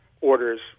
orders